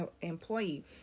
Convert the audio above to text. employee